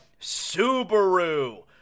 Subaru